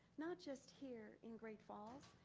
not just here in great falls,